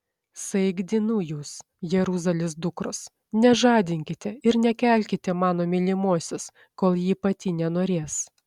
saikdinu jus jeruzalės dukros nežadinkite ir nekelkite mano mylimosios kol ji pati nenorės